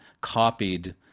copied